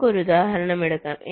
നമുക്ക് ഒരു ഉദാഹരണം എടുക്കാം